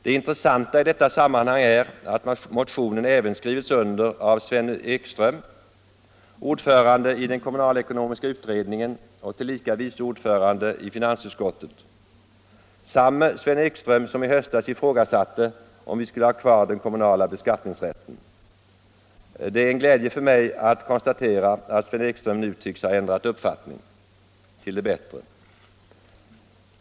Det intressanta i detta sammanhang är att motionen även skrivits under av Sven Ekström, ordförande i den kommunalekonomiska utredningen och tillika vice ordförande i finansutskottet, samme Sven Ekström som i höstas ifrågasatte om vi skulle ha kvar den kommunala beskattningsrätten. Det är en glädje för mig att konstatera att Sven Ekström nu tycks ha ändrat uppfattning till det bättre.